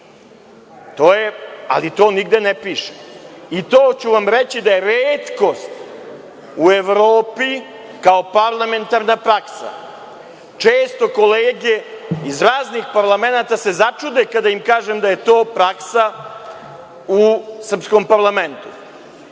To nigde ne piše i to ću vam reći da je retkost u Evropi kao parlamentarna praksa. Često kolege iz raznih parlamenata se začude kada im kažem da je to praksa u srpskom parlamentu.